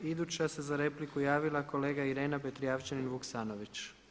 Iduća se za repliku javila kolegica Irena Petrijevčanin Vuksanović.